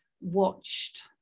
watched